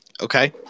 okay